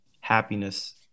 happiness